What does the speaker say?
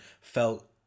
felt